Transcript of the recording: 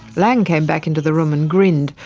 laing came back into the room and grinned,